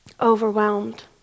overwhelmed